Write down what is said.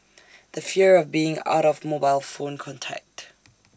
the fear of being out of mobile phone contact